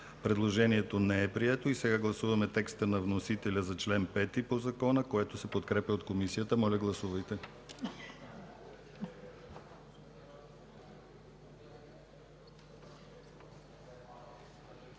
Предложението не е прието. Сега гласуваме текста на вносителя за чл. 5 по Закона, който се подкрепя от Комисията. Моля, гласувайте.